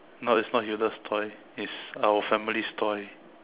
no it's not Hilda's toy it's our family's toy